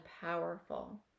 powerful